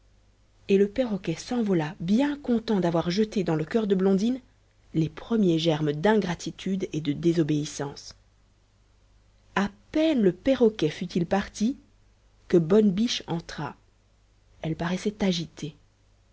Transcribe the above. et le perroquet s'envola bien content d'avoir jeté dans le coeur de blondine les premiers germes d'ingratitude et de désobéissance a peine le perroquet fut-il parti que bonne biche entra elle paraissait agitée